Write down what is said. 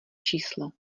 číslo